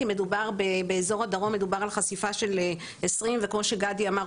כי מדובר באזור הדרום מדובר על חשיפה של 20 וכמו שגדי אמר,